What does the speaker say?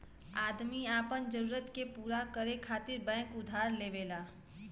आदमी आपन जरूरत के पूरा करे खातिर बैंक उधार लेवला